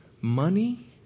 money